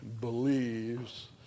believes